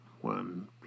one